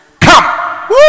come